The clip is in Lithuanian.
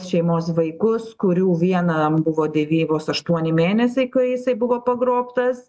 šeimos vaikus kurių vienam buvo devy vos aštuoni mėnesiai kai jisai buvo pagrobtas